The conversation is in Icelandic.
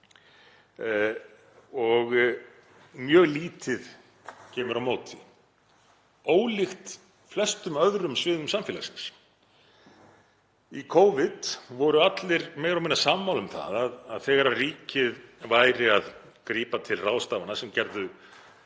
og mjög lítið kemur á móti, ólíkt flestum öðrum sviðum samfélagsins. Í Covid voru allir meira og minna sammála um að þegar ríkið væri að grípa til ráðstafana sem gerðu